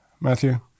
Matthew